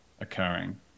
occurring